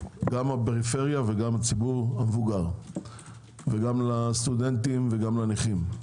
גם הפריפריה וגם הציבור המבוגר וגם לסטודנטים וגם לנכים.